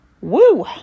woo